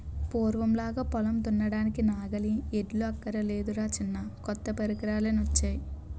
పూర్వంలాగా పొలం దున్నడానికి నాగలి, ఎడ్లు అక్కర్లేదురా చిన్నా కొత్త పరికరాలెన్నొచ్చేయో